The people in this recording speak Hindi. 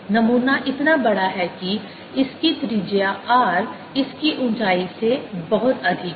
नमूना इतना बड़ा है कि इसका त्रिज्या r इसकी ऊंचाई से बहुत अधिक है